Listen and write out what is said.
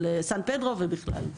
על סן-פדרו ובכלל.